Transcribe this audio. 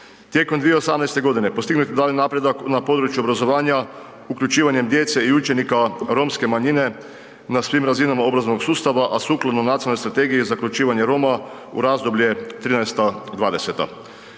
Tijekom 2018.godine postignut je daljnji napredak na području obrazovanja uključivanjem djece i učenika romske manjine na svim razinama obrazovnog sustava, a sukladno Nacionalnoj strategiji za uključivanje Roma u razdoblje 2013.-2020.